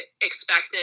expected